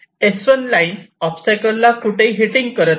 S1 line ओबस्टॅकल्सला कोठेही hitting करत नाही